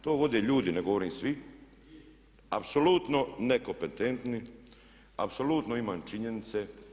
To vode ljudi, ne govorim svi, apsolutno nekompetentni, apsolutno imam činjenice.